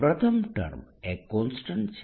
પ્રથમ ટર્મ એ કોન્સ્ટન્ટ છે